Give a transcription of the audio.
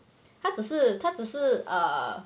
他只是他只是 err